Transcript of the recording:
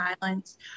violence